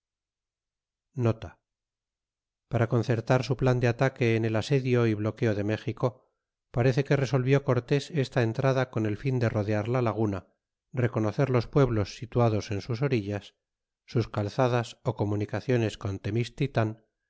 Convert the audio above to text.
para concertar su plan de ataque en el asedio y bloqueo de méjico parece que resolvió cortes esta entrada con el fin de rodear la laguna reconocer los pueblos situados en sus orillas sus calzadas ó comunicaciones con temixtitan